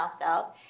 cells